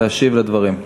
להשיב לדברים.